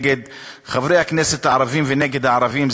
נגד חברי הכנסת הערבים ונגד הערבים.